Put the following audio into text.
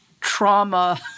trauma